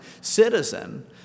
citizen